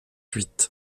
huit